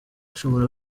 ushobora